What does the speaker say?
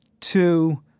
two